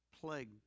plague